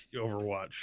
Overwatch